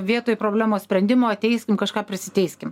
vietoj problemos sprendimo teiskim kažką prisiteiskim